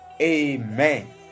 Amen